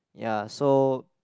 ya so